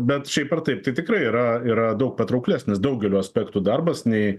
bet šiaip ar taip tai tikrai yra yra daug patrauklesnis daugeliu aspektų darbas nei